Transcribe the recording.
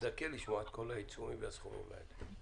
לשמוע את כל העיצומים והסכומים האלה.